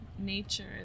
Nature